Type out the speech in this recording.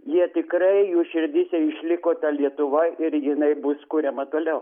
jie tikrai jų širdyse išliko ta lietuva ir jinai bus kuriama toliau